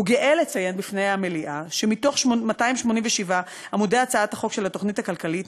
גאה לציין בפני המליאה שמתוך 287 עמודי הצעת חוק התוכנית הכלכלית,